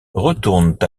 retournent